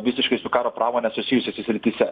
visiškai su karo pramone susijusiose srityse